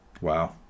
Wow